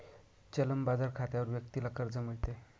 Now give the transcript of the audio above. चलन बाजार खात्यावर व्यक्तीला कर्ज मिळते